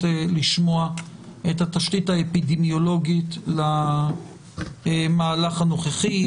לשמוע את התשתית האפידמיולוגית למהלך הנוכחי.